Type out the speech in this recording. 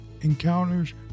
encounters